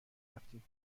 رفتیم